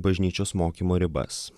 bažnyčios mokymo ribas